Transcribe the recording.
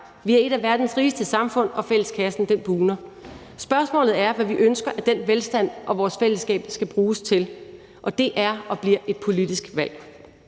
Vi er et af verdens rigeste samfund, og fælleskassen bugner. Spørgsmålet er, hvad vi ønsker at den velstand og vores fællesskab skal bruges til, og det er og bliver et politisk valg.